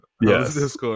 Yes